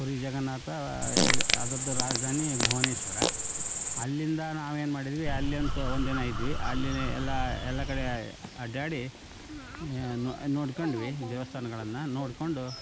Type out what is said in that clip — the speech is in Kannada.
ಪುರಿ ಜಗನ್ನಾಥ ಅದ್ರದ್ದು ರಾಜಧಾನಿ ಭುವನೇಶ್ವರ ಅಲ್ಲಿಂದ ನಾವೇನುಮಾಡಿದ್ವಿ ಅಲ್ಲಿ ಒಂದು ಸ್ವ ಒಂದು ದಿನ ಇದ್ವಿ ಅಲ್ಲಿ ಎಲ್ಲ ಎಲ್ಲ ಕಡೆ ಅಡ್ಡಾಡಿ ನೋಡಿಕೊಂಡ್ವಿ ದೇವಸ್ಥಾನಗಳನ್ನು ನೋಡಿಕೊಂಡು